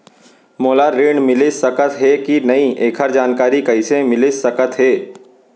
मोला ऋण मिलिस सकत हे कि नई एखर जानकारी कइसे मिलिस सकत हे?